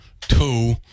two